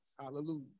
Hallelujah